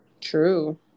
True